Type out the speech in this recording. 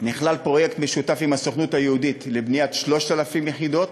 נכלל פרויקט משותף עם הסוכנות היהודית לבניית 3,000 יחידות,